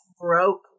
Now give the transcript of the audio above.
broke